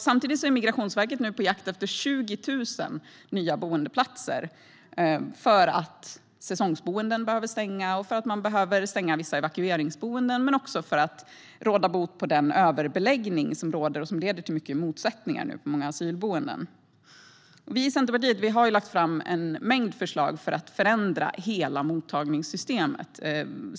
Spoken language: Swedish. Samtidigt är Migrationsverket på jakt efter 20 000 nya boendeplatser - dels för att säsongsboenden och vissa evakueringsboenden behöver stänga, dels för att råda bot på den överbeläggning som råder och som leder till motsättningar på många asylboenden. Vi i Centerpartiet har lagt fram en mängd förslag för att förändra hela mottagningssystemet.